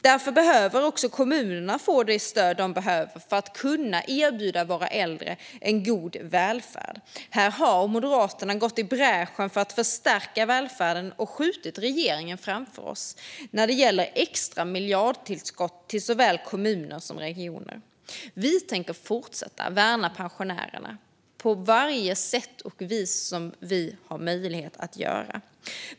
Därför behöver också kommunerna få det stöd de behöver för att kunna erbjuda våra äldre en god välfärd. Här har Moderaterna gått i bräschen för att förstärka välfärden och skjutit regeringen framför oss när det gäller extra miljardtillskott till såväl kommuner som regioner. Vi tänker fortsätta att värna pensionärerna på varje sätt och vis som vi har möjlighet till.